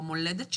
במולדת שלו,